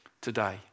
today